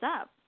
up